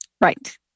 Right